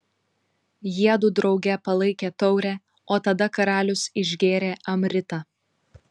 jiedu drauge palaikė taurę o tada karalius išgėrė amritą